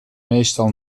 meestal